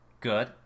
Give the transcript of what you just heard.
good